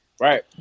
Right